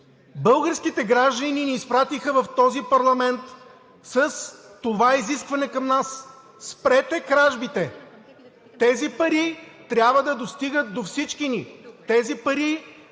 Българските граждани ни изпратиха в този парламент с това изискване към нас – „Спрете кражбите“. Тези пари трябва да достигат до всички ни. Тези пари